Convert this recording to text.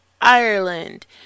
Ireland